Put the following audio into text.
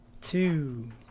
Two